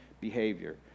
behavior